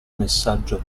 messaggio